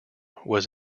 was